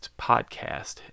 podcast